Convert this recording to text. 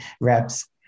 reps